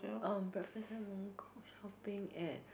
um breakfast at Mongkok shopping at